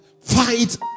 fight